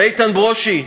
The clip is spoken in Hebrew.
ואיתן ברושי,